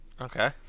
okay